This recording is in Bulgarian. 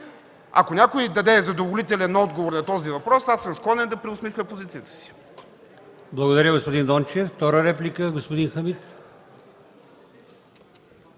Ако някой даде задоволителен отговор на този въпрос, аз съм склонен да преосмисля позицията си.